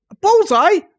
Bullseye